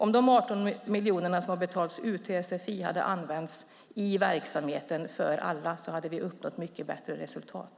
Om de 18 miljoner som har betalats ut till sfi hade använts i verksamheten för alla hade vi uppnått mycket bättre resultat.